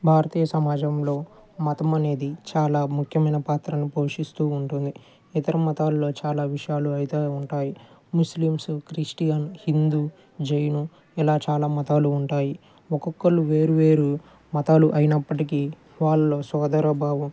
భారతీయ సమాజంలో మతము అనేది చాలా ముఖ్యమైన పాత్రను పోషిస్తూ ఉంటుంది ఇతర మతాల్లో చాలా విషయాలు అయితే ఉంటాయి ముస్లిమ్స్ క్రిస్టియన్ హిందూ జైను ఇలా చాలా మతాలు ఉంటాయి ఒక్కొక్కరు వేరు వేరు మతాలు అయినప్పటికీ వాళ్ళు సోదర భావం